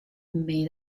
made